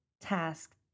task